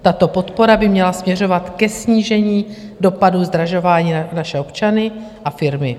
Tato podpora by měla směřovat ke snížení dopadů zdražování na naše občany a firmy.